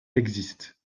existe